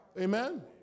amen